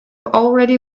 already